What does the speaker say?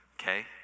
Okay